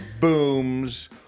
booms